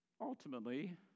ultimately